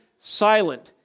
silent